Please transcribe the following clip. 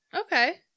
Okay